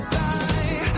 die